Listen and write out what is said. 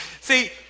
See